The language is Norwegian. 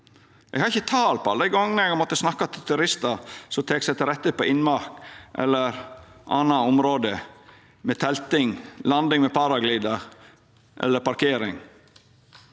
Eg har ikkje tal på alle dei gongene eg har måtta snakka til turistar som tek seg til rette på innmark eller anna område med telting, landing med paraglidar eller parkering.